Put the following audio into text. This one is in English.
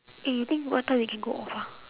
eh you think what time we can go off ah